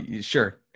Sure